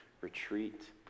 retreat